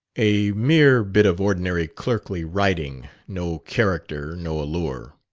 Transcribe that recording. a mere bit of ordinary clerkly writing no character, no allure.